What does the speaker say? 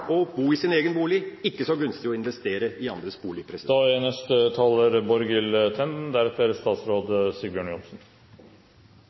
bo i sin egen bolig og ikke så gunstig å investere i andres